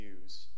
news